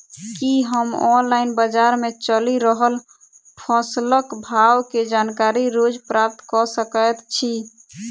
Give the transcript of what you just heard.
की हम ऑनलाइन, बजार मे चलि रहल फसलक भाव केँ जानकारी रोज प्राप्त कऽ सकैत छी?